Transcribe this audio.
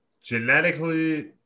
genetically